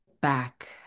back